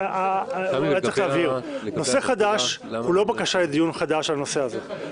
אולי צריך להבהיר שנושא חדש הוא לא בקשה לדיון חדש על הנושא הזה.